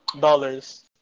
dollars